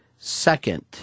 Second